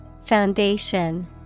Foundation